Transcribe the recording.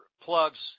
plugs